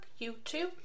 YouTube